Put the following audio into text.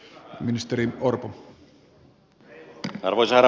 arvoisa herra puhemies